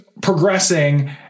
progressing